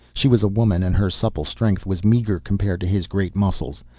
she was a woman and her supple strength was meager compared to his great muscles.